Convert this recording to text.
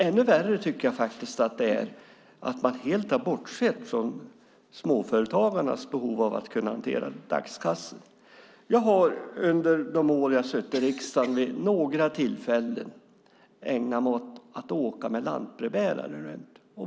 Ännu värre är det att man helt har bortsett från småföretagarnas behov av att hantera dagskassor. Jag har under de år jag har suttit i riksdagen vid några tillfällen ägnat mig åt att åka med lantbrevbärare.